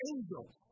Angels